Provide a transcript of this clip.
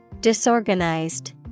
Disorganized